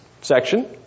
section